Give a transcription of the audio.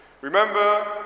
Remember